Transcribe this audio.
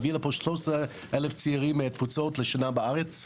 להביא לפה - 13,000 צעירים מהתפוצות לשנה בארץ.